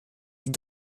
die